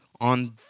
on